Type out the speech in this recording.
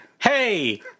Hey